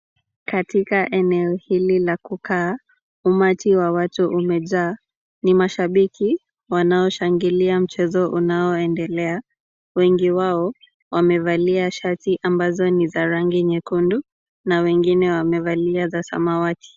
Katika eneo hili la kukaa umati wa watu umejaa ni mashabiki wanaoshangilia mchezo unaoendelea wengi wao wamevalia shati ambazo ni za rangi nyekundu na wengine wamevalia za samawati.